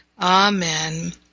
Amen